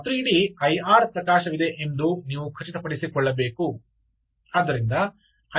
ರಾತ್ರಿಯಿಡೀ ಐಆರ್ ಪ್ರಕಾಶವಿದೆ ಎಂದು ನೀವು ಖಚಿತಪಡಿಸಿಕೊಳ್ಳಬೇಕು